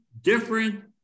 different